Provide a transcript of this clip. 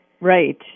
Right